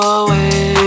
away